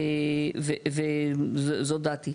זאת דעתי.